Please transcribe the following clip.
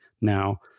now